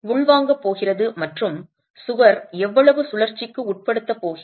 உள்வாங்கப் போகிறது மற்றும் சுவர் எவ்வளவு சுழற்சிக்கு உட்படுத்தப் போகிறது